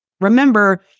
Remember